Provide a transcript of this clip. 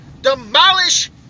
demolish